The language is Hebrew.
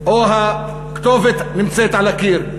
או הכתובת נמצאת על הקיר,